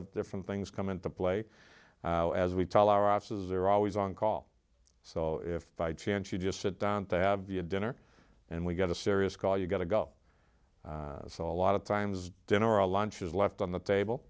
of different things come into play as we tell our offices they're always on call so if by chance you just sit down to have your dinner and we've got a serious call you've got to go so a lot of times dinner a lunch is left on the table